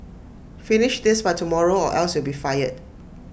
finish this by tomorrow or else you will be fired